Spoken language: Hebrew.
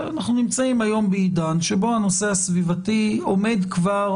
אנחנו נמצאים בעידן שהנושא הסביבתי עומד כבר